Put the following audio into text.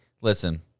listen